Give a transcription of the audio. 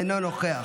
אינו נוכח.